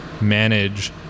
manage